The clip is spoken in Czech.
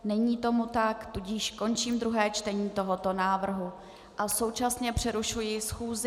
Není tomu tak, tudíž končím druhé čtení tohoto návrhu a současně přerušuji schůzi.